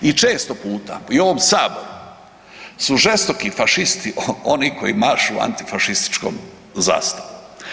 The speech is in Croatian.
I često puta i u ovom saboru su žestoki fašisti oni koji mašu antifašističkom zastavom.